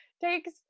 takes